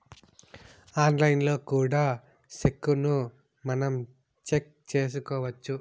ఆన్లైన్లో కూడా సెక్కును మనం చెక్ చేసుకోవచ్చు